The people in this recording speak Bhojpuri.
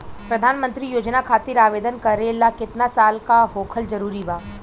प्रधानमंत्री योजना खातिर आवेदन करे ला केतना साल क होखल जरूरी बा?